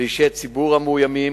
לאישי ציבור מאוימים,